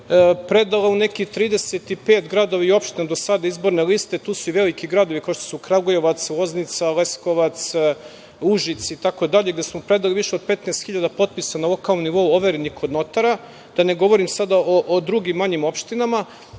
predala u nekih 35 gradova i opština do sada izborne liste, tu su i veliki gradovi kao što su Kragujevac, Loznica, Leskovac, Užice itd, gde smo predali više od 15 hiljada potpisa na lokalnom nivou overenih kod notara, da ne govorim sada o drugim manjim opštinama. Hoću